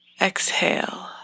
exhale